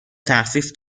تخفیف